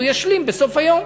הוא ישלים בסוף היום.